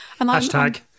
Hashtag